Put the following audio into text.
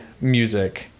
music